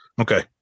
Okay